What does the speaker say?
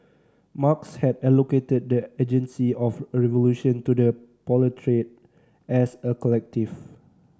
Marx had allocated the agency of revolution to the proletariat as a collective